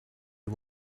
you